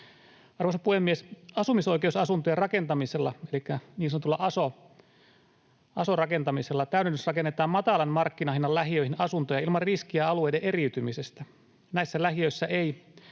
Arvoisa puhemies! Asumisoikeusasuntojen rakentamisella elikkä niin sanotulla aso-rakentamisella täydennysrakennetaan matalan markkinahinnan lähiöihin asuntoja ilman riskiä alueiden eriytymisestä. Näissä lähiöissä ei